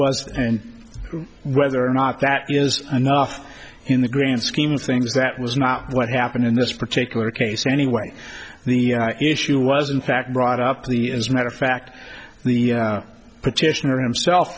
was and whether or not that is enough in the grand scheme of things that was not what happened in this particular case anyway the issue was in fact brought up the is not a fact the petitioner himself